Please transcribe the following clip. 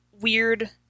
weird